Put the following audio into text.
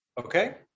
okay